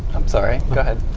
i'm sorry, go ahead.